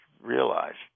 realized